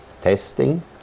testing